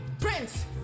Prince